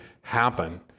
happen